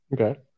Okay